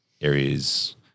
areas